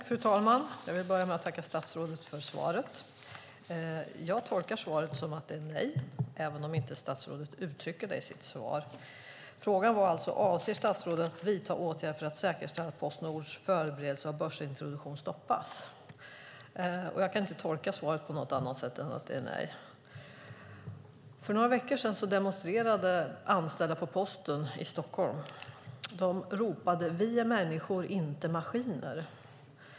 Fru talman! Jag vill börja med att tacka statsrådet för svaret. Jag tolkar svaret så att det är nej, även om inte statsrådet uttrycker det i sitt svar. Frågan var alltså: Avser statsrådet att vidta åtgärder för att säkerställa att Postnords förberedelse av börsintroduktion stoppas? Jag kan inte tolka svaret på något annat sätt än att det är nej. För några veckor sedan demonstrerade anställda på Posten i Stockholm. De ropade: Vi är människor, inte maskiner!